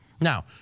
Now